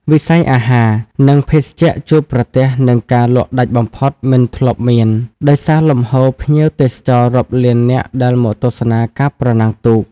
វិស័យអាហារ និងភេសជ្ជៈជួបប្រទះនឹងការលក់ដាច់បំផុតមិនធ្លាប់មាន ដោយសារលំហូរភ្ញៀវទេសចររាប់លាននាក់ដែលមកទស្សនាការប្រណាំងទូក។